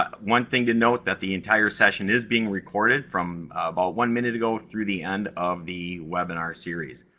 ah one thing to note is that the entire session is being recorded, from about one minute ago, through the end of the webinar series.